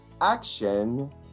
action